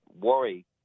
worry